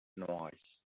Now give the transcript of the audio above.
noise